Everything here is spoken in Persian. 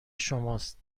شماست